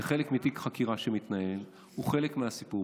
זה חלק מתיק חקירה שמתנהל, זה חלק מהסיפור.